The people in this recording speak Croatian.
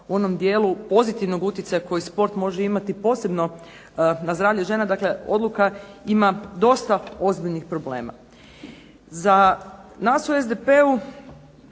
u onom dijelu pozitivnog utjecaja koji sport može imati posebno na zdravlje žena. Dakle, odluka ima dosta ozbiljnih problema. Za nas u SDP-u